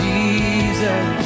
Jesus